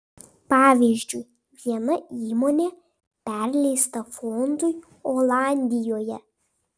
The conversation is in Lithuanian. pavyzdžiui viena įmonė perleista fondui olandijoje